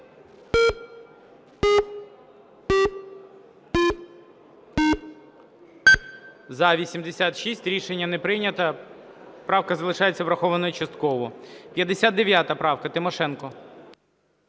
За-86 Рішення не прийнято. Правка залишається врахованою частково. 59 правка, Тимошенко.